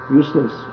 useless